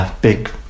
Big